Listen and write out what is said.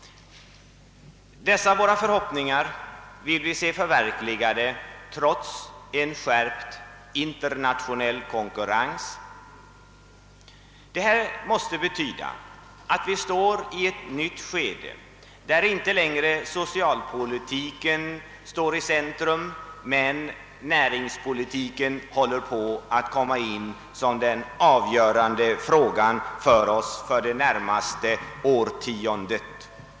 Dessa våra förhoppningar vill vi se förverkligade trots en skärpt internationell konkurrens. Detta måste betyda att vi är inne i ett nytt skede, där socialpolitiken inte längre står i centrum men näringspolitiken håller på att komma in som den avgörande frågan för oss under det närmaste årtiondet.